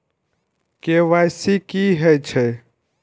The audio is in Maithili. के.वाई.सी की हे छे?